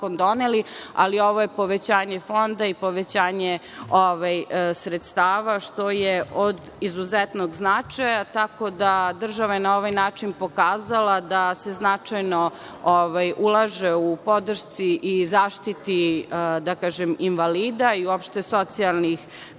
ali ovo je povećanje fonda i povećanje sredstava, što je od izuzetnog značaja. Tako da, država je na ovaj način pokazala da se značajno ulaže u podršci i zaštiti, da kažem, invalida i uopšte socijalnih